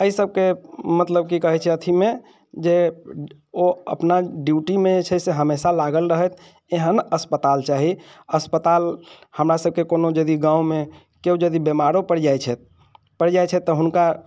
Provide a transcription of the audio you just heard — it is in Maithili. एहि सबके मतलब की कहैत छै अथीमे जे ओ अपना ड्यूटीमे जे छै से हमेशा लागल रहथि एहन अस्पताल चाही अस्पताल हमरा सबके कोनो यदि गाँवमे केओ यदि बीमारो पड़ि जाइत छै पड़ि जाइत छैथ तऽ हुँनका